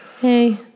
Hey